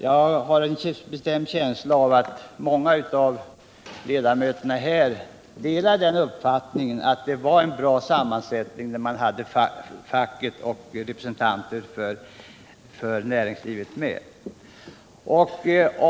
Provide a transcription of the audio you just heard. Jag har en bestämd känsla av att många av ledamöterna delar min uppfattning att föreningarnas styrelser hade en bra sammansättning när man hade representanter för facket och näringslivet i dem.